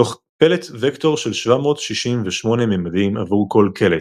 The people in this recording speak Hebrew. תוך פלט וקטור של 768 ממדים עבור כל קלט.